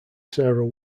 sarah